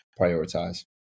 prioritize